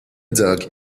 dog